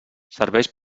serveix